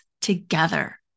together